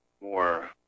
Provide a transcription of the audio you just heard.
more